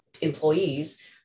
employees